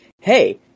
hey